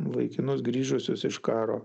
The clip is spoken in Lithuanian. vaikinus grįžusius iš karo